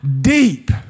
deep